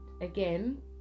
again